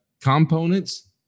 Components